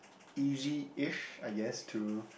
easy ish I guess to